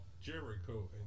Jericho